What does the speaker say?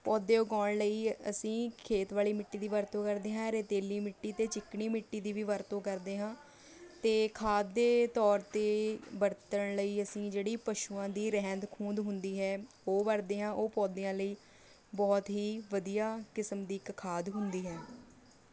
ਪੌਦੇ ਉਗਾਉਣ ਲਈ ਅ ਅਸੀਂ ਖੇਤ ਵਾਲੀ ਮਿੱਟੀ ਦੀ ਵਰਤੋਂ ਕਰਦੇ ਹਾਂ ਰੇਤਲੀ ਮਿੱਟੀ ਅਤੇ ਚੀਕਣੀ ਮਿੱਟੀ ਦੀ ਵੀ ਵਰਤੋਂ ਕਰਦੇ ਹਾਂ ਅਤੇ ਖਾਦ ਦੇ ਤੌਰ 'ਤੇ ਵਰਤਣ ਲਈ ਅਸੀਂ ਜਿਹੜੀ ਪਸ਼ੂਆਂ ਦੀ ਰਹਿੰਦ ਖੂੰਹਦ ਹੁੰਦੀ ਹੈ ਉਹ ਵਰਤਦੇ ਹਾਂ ਉਹ ਪੌਦਿਆਂ ਲਈ ਬਹੁਤ ਹੀ ਵਧੀਆ ਕਿਸਮ ਦੀ ਇੱਕ ਖਾਦ ਹੁੰਦੀ ਹੈ